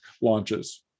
launches